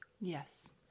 Yes